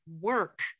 work